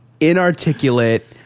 inarticulate